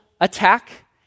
attack